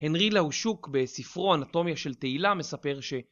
הנרילה הושוק בספרו אנטומיה של תעילה מספר ש...